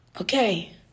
Okay